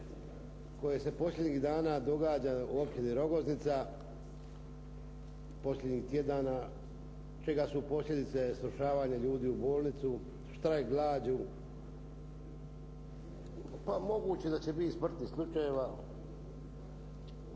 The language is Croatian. koje se posljednjih dana događa u općini Rogoznica, posljednjih tjedana, čega su posljedice srušavanja ljudi u bolnicu, štrajk glađu. Pa moguće da će biti i smrtnih slučajeva